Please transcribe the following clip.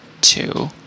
two